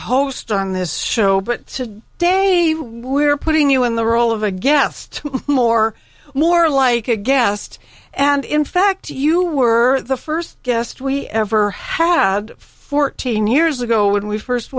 host on this show but to day we're putting you in the role of a guest more more like a guest and in fact you were the first guest we ever had fourteen years ago when we first